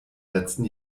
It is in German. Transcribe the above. letzten